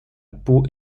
pau